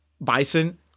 Bison